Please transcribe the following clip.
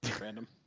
Random